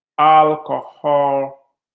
alcohol